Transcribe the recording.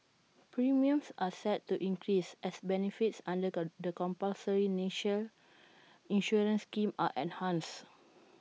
premiums are set to increase as benefits under the compulsory national insurance scheme are enhanced